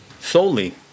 solely